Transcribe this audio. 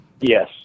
Yes